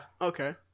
okay